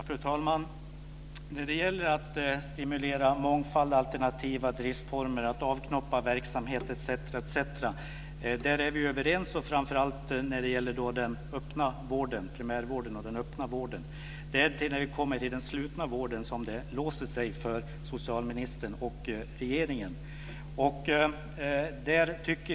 Fru talman! När det gäller att stimulera mångfald och alternativa driftsformer, att avknoppa verksamhet etc. är vi överens, framför allt när det gäller primärvården och den öppna vården. Det är när vi kommer till den slutna vården som det låser sig för socialministern och regeringen.